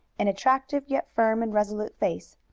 an attractive yet firm and resolute face,